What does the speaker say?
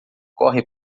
corre